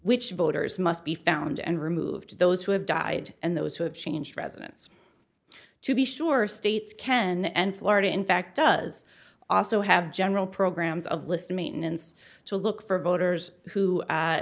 which voters must be found and removed those who have died and those who have changed residents to be sure states can and florida in fact does also have general programs of list maintenance to look for voters who